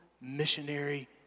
missionary